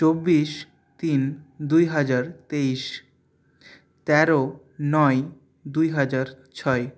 চব্বিশ তিন দুই হাজার তেইশ তেরো নয় দুই হাজার ছয়